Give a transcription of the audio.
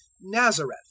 Nazareth